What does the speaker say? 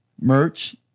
merch